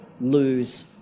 lose